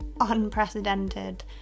unprecedented